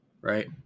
Right